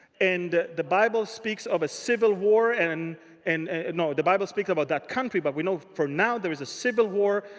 and the bible speaks of a civil war. and and no. the bible speaks about that country. but we know, for now, there is a civil war.